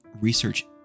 research